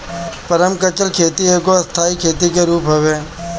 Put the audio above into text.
permaculture खेती एगो स्थाई खेती के रूप हवे